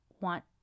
want